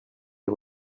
est